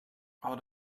out